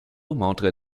montre